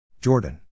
Jordan